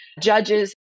judges